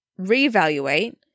reevaluate